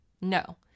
No